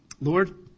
Lord